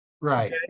Right